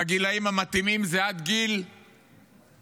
והגילים המתאימים זה עד גיל 21,